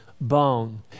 bone